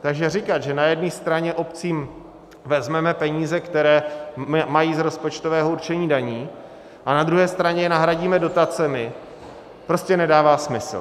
Takže říkat, že na jedné straně obcím vezmeme peníze, které mají z rozpočtového určení daní, a na druhé straně je nahradíme dotacemi, prostě nedává smysl.